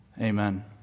Amen